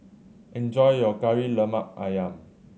enjoy your Kari Lemak Ayam